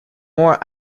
more